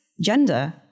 gender